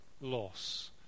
loss